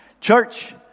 Church